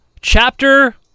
Chapter